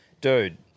Dude